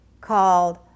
called